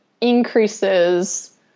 increases